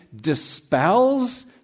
dispels